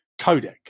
codec